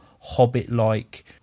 Hobbit-like